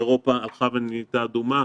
אירופה הלכה ונהייתה אדומה,